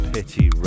Pity